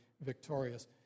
victorious